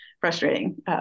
frustrating